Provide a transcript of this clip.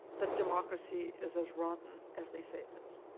that democracy is as rotten as they say it is.